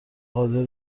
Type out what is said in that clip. قادر